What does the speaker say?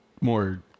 more